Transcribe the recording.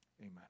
Amen